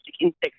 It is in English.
insects